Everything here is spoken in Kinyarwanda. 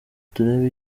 turebe